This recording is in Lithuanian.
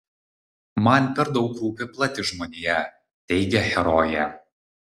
man per daug rūpi plati žmonija teigia herojė